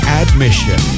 admission